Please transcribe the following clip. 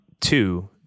Two